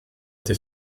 été